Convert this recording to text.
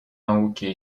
науки